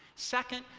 second,